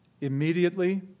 Immediately